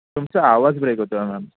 तुमचा आवाज ब्रेक होतोय मॅम